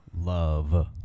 love